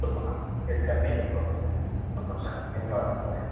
कुर्मः यत् करणीयं तत् कुर्मः सन्तोषः धन्यवादः महोदय